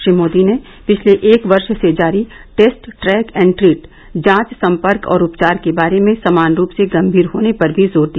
श्री मोदी ने पिछले एक वर्ष से जारी टेस्ट ट्रैक एंड ट्रीट जांच संपर्क और उपचार के बारे में समान रूप से गंभीर होने पर भी जोर दिया